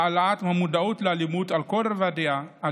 העלאת המודעות לאלימות על כל רבדיה על